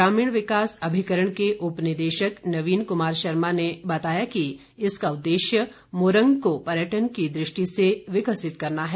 ग्रामीण विकास अभिकरण के उपनिदेशक नवीन कुमार शर्मा ने बताया कि इसका उद्देश्य मूरंग को पर्यटन की दृष्टि से विकसित करना है